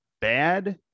bad